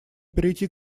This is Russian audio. перейти